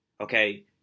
Okay